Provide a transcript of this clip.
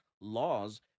laws